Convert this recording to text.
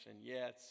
yes